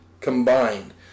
combined